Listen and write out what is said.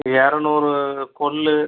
இரநூறு கொள்ளு